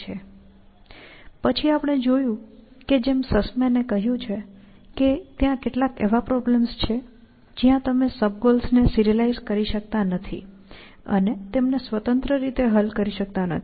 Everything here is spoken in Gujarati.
અને પછી આપણે જોયું કે જેમ સસ્મેન એ કહ્યું છે કે ત્યાં કેટલાક એવા પ્રોબ્લેમ્સ છે જ્યાં તમે સબ ગોલ્સ ને સિરીઅલાઇઝ કરી શકતા નથી અને સ્વતંત્ર રીતે હલ કરી શકતા નથી